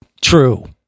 True